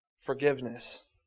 Forgiveness